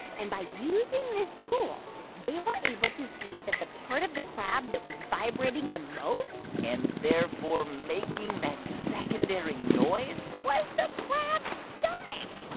and by using this tool, they were able to see that the part of the crab that was vibrating the most. and therefore making that secondary noise. was the crab's stomach